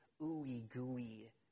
ooey-gooey